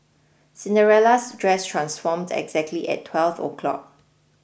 Cinderella's dress transformed exactly at twelve o'clock